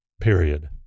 period